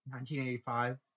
1985